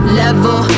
level